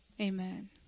Amen